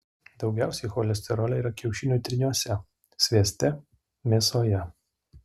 daugiausiai cholesterolio yra kiaušinių tryniuose svieste mėsoje